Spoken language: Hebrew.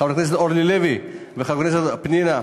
חברת הכנסת אורלי לוי וחברת הכנסת פנינה,